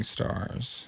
Stars